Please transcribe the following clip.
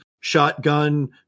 shotgun